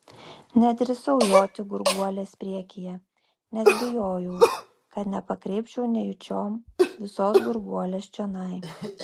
nedrįsau joti gurguolės priekyje nes bijojau kad nepakreipčiau nejučiom visos gurguolės čionai